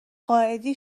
قائدی